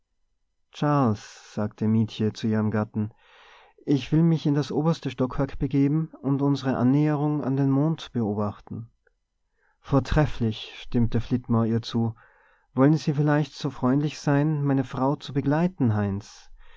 charles sagte mietje zu ihrem gatten ich will mich in das oberste stockwerk begeben und unsre annäherung an den mond beobachten vortrefflich stimmte flitmore ihr zu wollen sie vielleicht so freundlich sein meine frau zu begleiten heinz